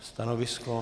Stanovisko?